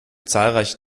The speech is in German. zahlreiche